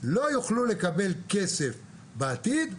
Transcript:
לא יוכלו לקבל כסף בעתיד,